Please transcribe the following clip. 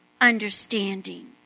understanding